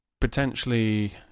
potentially